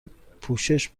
پوشش